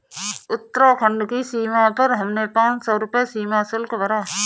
उत्तराखंड की सीमा पर हमने पांच सौ रुपए सीमा शुल्क भरा